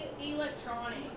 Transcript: electronic